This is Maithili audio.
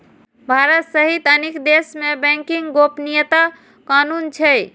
भारत सहित अनेक देश मे बैंकिंग गोपनीयता कानून छै